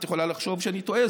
את יכולה לחשוב שאני טועה,